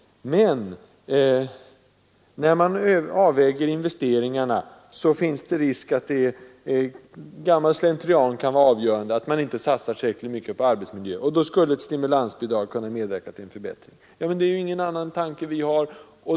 Men när man avväger investeringarna finns det risk för att gammal slentrian blir avgörande, att man inte satsar tillräckligt mycket på arbetsmiljön, och då skulle ett stimulansbidrag kunna medverka till en förbättring. Ja, men det är ju ingen annan tanke vi har.